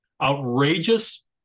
Outrageous